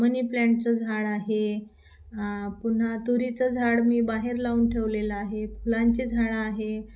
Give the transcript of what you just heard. मनी प्लांटचं झाड आहे पुन्हा तुरीचं झाड मी बाहेर लावून ठेवलेलं आहे फुलांची झाडं आहे